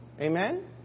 Amen